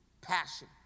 passion